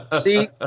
See